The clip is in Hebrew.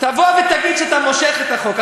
תבוא ותגיד שאתה מושך את החוק.